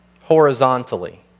horizontally